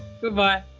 Goodbye